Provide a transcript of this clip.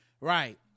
Right